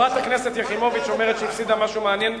חברת הכנסת יחימוביץ אומרת שהיא הפסידה משהו מעניין,